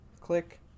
Click